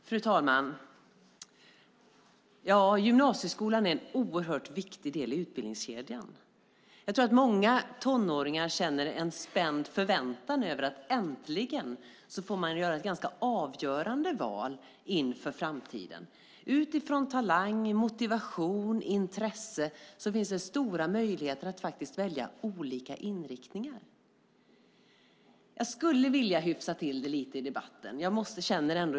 Fru talman! Gymnasieskolan är en oerhört viktig del i utbildningskedjan. Jag tror att många tonåringar känner en spänd förväntan över att äntligen få göra ganska avgörande val inför framtiden. Utifrån talang, motivation och intresse finns det stora möjligheter att välja olika inriktningar. Jag skulle vilja hyfsa till debatten lite grann.